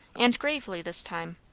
and gravely this time.